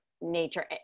nature